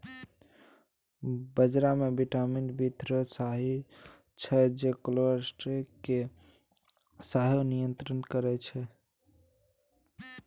बजरा मे vitamin B three सेहो होइ छै जे कोलेस्ट्रॉल केँ सेहो नियंत्रित करय छै